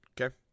Okay